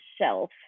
shelf